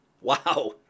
wow